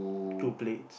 two plates